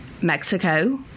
Mexico